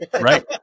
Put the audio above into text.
Right